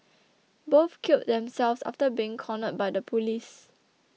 both killed themselves after being cornered by the police